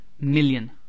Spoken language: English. million